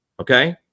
okay